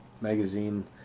magazine